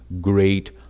great